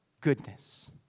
goodness